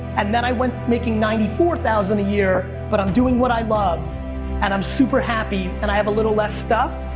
and then i went making ninety four thousand a year but i'm doing what i love and i'm super happy, and i have a little less stuff,